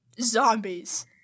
Zombies